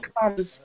comes